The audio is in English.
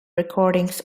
recordings